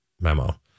memo